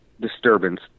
disturbance